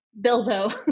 Bilbo